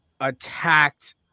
attacked